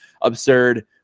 absurd